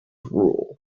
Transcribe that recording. rule